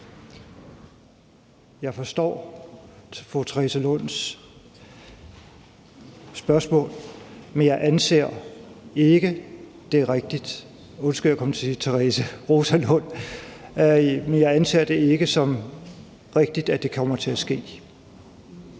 Jeg forstår fru Rosa Lunds spørgsmål, men jeg anser det ikke som rigtigt, at det kommer til at ske.